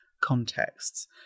contexts